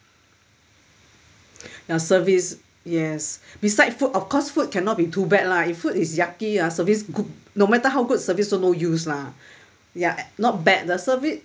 ya service yes besides food of course food cannot be too bad lah if food is yucky ah service good no matter how good service's no use lah ya not bad the service